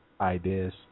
ideas